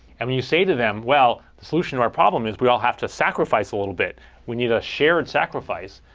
and when you say to them, well, the solution to our problem is, we all have to sacrifice a little bit. we need a shared sacrifice.